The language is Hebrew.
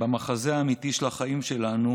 במחזה האמיתי של החיים שלנו,